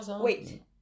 Wait